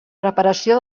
preparació